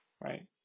right